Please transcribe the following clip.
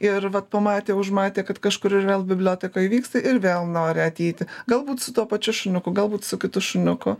ir vat pamatė užmatė kad kažkurioj vėl bibliotekoe vyksta ir vėl nori ateiti galbūt su tuo pačiu šuniuku galbūt su kitu šuniuku